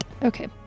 Okay